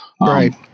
right